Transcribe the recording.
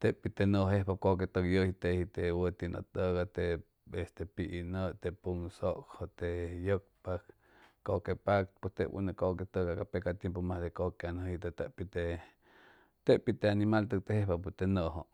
te pi' te yoo jejpapo coque yoji teji te wuti yo togay te este pi' yo pon syo te yopaca coque pac pues teb une coque ca peca tiempo mas de coque angojo y tep te pi' te pi' te anima te jejpapo te yojo.